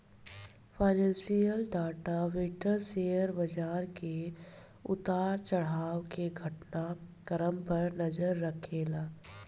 financial data vendor share बाजार के उतार चढ़ाव के घटना क्रम पर नजर रखेला